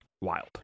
wild